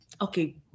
okay